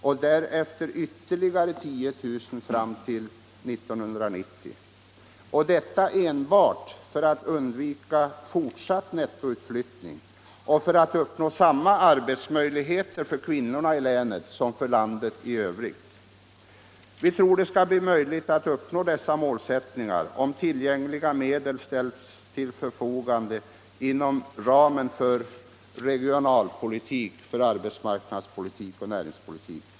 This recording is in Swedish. Och detta enbart för att undvika en fortsatt nettoutflyttning och för att åstadkomma samma arbetsmöjligheter för kvinnorna i länet som för landet i övrigt. Vi tror det skall bli möjligt att uppnå dessa målsättningar om tillgängliga medel ställs till förfogande inom ramen för regionalpolitik, för arbetsmarknadspolitik och näringspolitik.